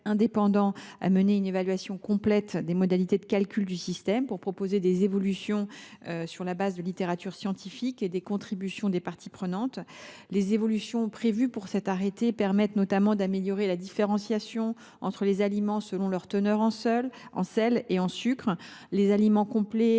a mené une évaluation complète des modalités de calcul du système, pour proposer des évolutions fondées sur des données scientifiques et des contributions des parties prenantes. Les évolutions prévues pour cet arrêté permettent notamment d’améliorer la différenciation entre les aliments selon leur teneur en sel et en sucre, et la